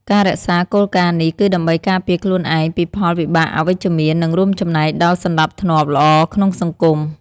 ការរក្សាគោលការណ៍នេះ គឺដើម្បីការពារខ្លួនឯងពីផលវិបាកអវិជ្ជមាន និងរួមចំណែកដល់សណ្តាប់ធ្នាប់ល្អក្នុងសង្គម។